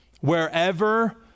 Wherever